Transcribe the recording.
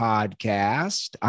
Podcast